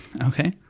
Okay